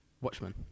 Watchmen